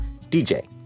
DJ